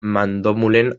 mandomulen